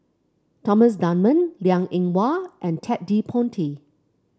Thomas Dunman Liang Eng Hwa and Ted De Ponti